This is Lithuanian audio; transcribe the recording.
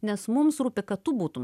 nes mums rūpi kad tu būtum